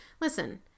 Listen